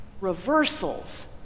Reversals